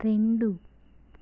రెండు